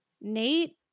nate